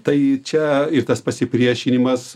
tai čia ir tas pasipriešinimas